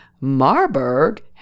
Marburg